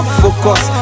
focus